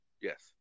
Yes